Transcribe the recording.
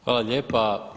Hvala lijepa.